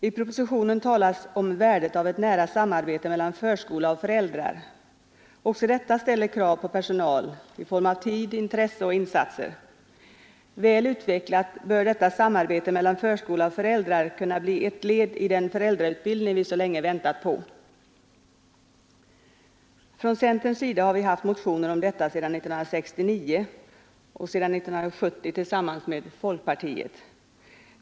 I propositionen talas om värdet av ett nära samarbete mellan förskola och föräldrar. Också detta ställer krav på personal i form av tid, intresse och insatser. Väl utvecklat bör detta samarbete mellan förskola och föräldrar kunna bli ett led i den föräldrautbildning som vi länge har väntat på. Från centerns sida har vi haft motioner om detta sedan 1969, och sedan 1970 tillsammans med folkpartiet.